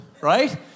Right